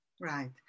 Right